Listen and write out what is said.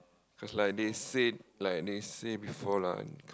cause like they said like they say before lah